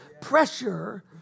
pressure